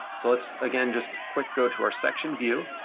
so let's again, just quick go to our section view,